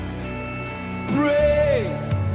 Pray